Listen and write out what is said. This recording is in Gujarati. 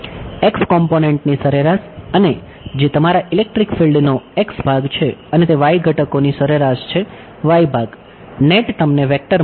x કોમ્પોનેંટની સરેરાશ અને જે તમારા ઇલેક્ટ્રિક ફિલ્ડ નો x ભાગ છે અને તે y ઘટકોની સરેરાશ છે y ભાગ નેટ તમને વેક્ટર મળશે